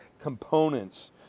components